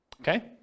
Okay